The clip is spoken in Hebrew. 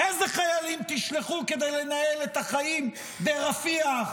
אילו חיילים תשלחו כדי לנהל את החיים ברפיח,